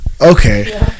Okay